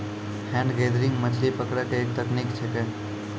hand gathering मछली पकड़ै के एक तकनीक छेकै